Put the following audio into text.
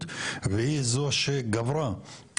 על